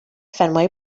fenway